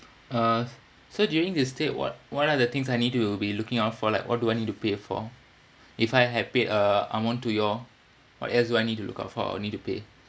uh so during this stay what what are the things I need to be looking out for like what do I need to pay for if I had paid uh amount to you all what else do I need to look out for or need to pay